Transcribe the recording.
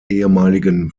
ehemaligen